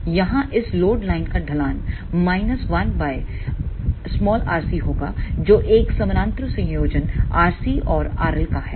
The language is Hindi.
यहाँ इस लोड लाइन का ढलान 1 r c होगा जो एक समानांतर संयोजन RCऔर RL का है